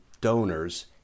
donors